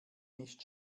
nicht